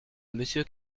monsieur